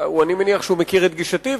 אני מניח שהוא מכיר את גישתי,